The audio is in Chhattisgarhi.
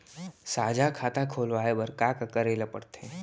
साझा खाता खोलवाये बर का का करे ल पढ़थे?